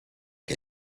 què